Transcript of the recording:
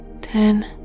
ten